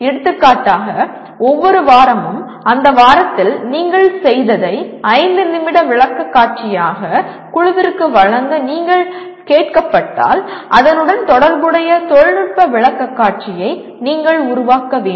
எடுத்துக்காட்டாக ஒவ்வொரு வாரமும் அந்த வாரத்தில் நீங்கள் செய்ததை 5 நிமிட விளக்கக்காட்சியாக குழுவிற்கு வழங்க நீங்கள் கேட்கப்பட்டால் அதனுடன் தொடர்புடைய தொழில்நுட்ப விளக்கக்காட்சியை நீங்கள் உருவாக்க வேண்டும்